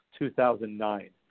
2009